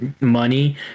money